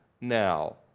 now